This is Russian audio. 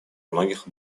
многих